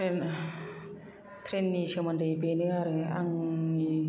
train ट्रेननि सोमोन्दै बेनो आरो आंनि